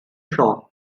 shop